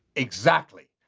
exactly.